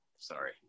Sorry